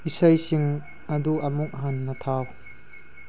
ꯏꯁꯩꯁꯤꯡ ꯑꯗꯨ ꯑꯃꯨꯛ ꯍꯟꯅ ꯊꯥꯎ